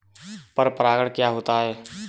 पर परागण क्या होता है?